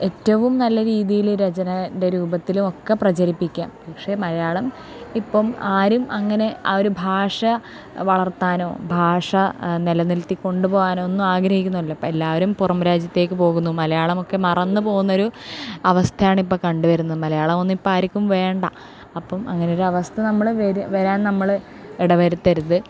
ഏറ്റവും നല്ല രീതിയില് രചനയുടെ രൂപത്തിലോ ഒക്കെ പ്രചരിപ്പിക്കാം പക്ഷെ മലയാളം ഇപ്പം ആരും അങ്ങനെ ആ ഒരു ഭാഷ വളർത്താനോ ഭാഷ നിലനിർത്തി കൊണ്ടുപോകാനോ ഒന്നും ആഗ്രഹിക്കുന്നില്ല എല്ലാവരും പുറം രാജ്യത്തേക്ക് പോകുന്നു മലയാളമൊക്കെ മറന്നുപോകുന്ന ഒരു അവസ്ഥയാണ് ഇപ്പോൾ കണ്ടുവരുന്നത് മലയാളമൊന്നും ഇപ്പോൾ ആർക്കും വേണ്ട അപ്പം അങ്ങനൊരു അവസ്ഥ നമ്മള് വർ വരാൻ നമ്മൾ ഇടവരുത്തരുത്